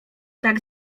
tak